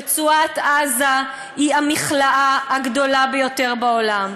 רצועת-עזה היא המכלאה הגדולה ביותר בעולם,